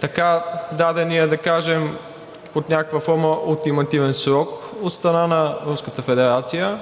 така даденият, да кажем, под някаква форма ултимативен срок от страна на